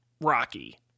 Rocky